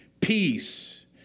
peace